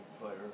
player